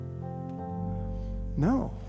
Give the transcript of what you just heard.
No